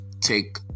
take